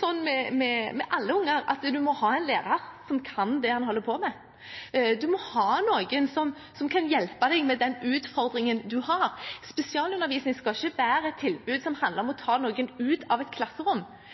for alle unger at man må ha lærere som kan det de holder på med. Man må ha noen som kan hjelpe med den utfordringen man har. Spesialundervisning skal ikke være et tilbud som handler om å